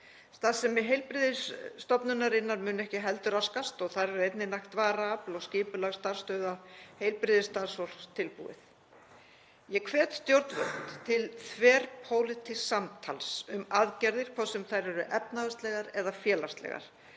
Starfsemi heilbrigðisstofnunarinnar mun ekki heldur raskast. Þar er einnig nægt varaafl og skipulag starfsstöðva heilbrigðisstarfsfólks tilbúið. Ég hvet stjórnvöld til þverpólitísks samtals um aðgerðir, hvort sem þær eru efnahagslegar eða félagslegar,